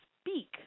speak